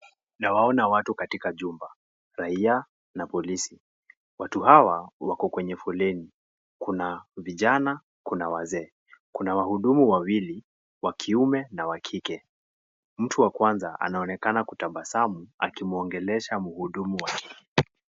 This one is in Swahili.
Nawaona watu katika jumba ,raia na polisi .Watu hawa wako kwenye foleni ,kuna vijana kuna wazee .Kuna wahudumu wawili wakiume na wa kike ,mtu wa kwanza anaonekana kutabasamu akimwongelesha mhudumu wake.